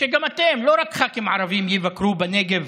שגם אתם, לא רק ח"כים ערבים, תבקרו בנגב